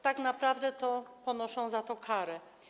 Tak naprawdę to ponoszą za to karę.